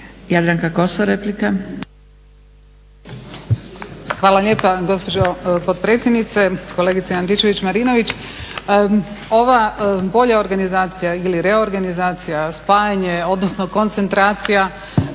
Jadranka Kosor, replika.